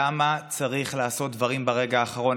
למה צריך לעשות דברים ברגע האחרון?